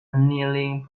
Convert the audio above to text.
annealing